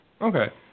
Okay